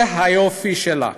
זה היופי שלה.